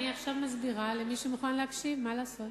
אני עכשיו מסבירה למי שמוכן להקשיב, מה לעשות?